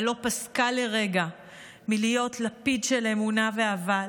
אבל לא פסקה לרגע מלהיות לפיד של אמונה ואהבה,